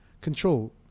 control